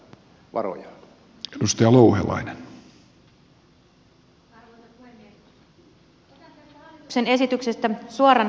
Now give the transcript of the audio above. otan tästä hallituksen esityksestä suoran lainauksen